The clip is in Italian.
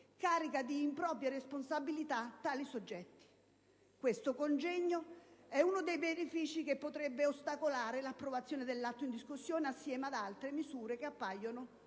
carica di improprie responsabilità tali soggetti. Questo congegno è uno dei benefici che potrebbe ostacolare l'approvazione dell'atto in discussione, insieme ad altre misure che appaiono